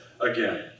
again